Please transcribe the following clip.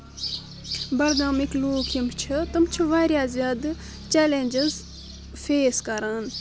بڈگامِکۍ لُکھ یم چھ تم چھِ واریاہ زیادٕ چیلینجس فیس کران